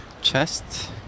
chest